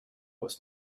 was